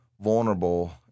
vulnerable –